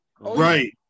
right